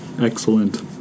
Excellent